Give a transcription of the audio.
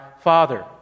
Father